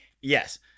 yes